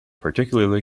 particularly